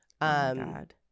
God